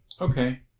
Okay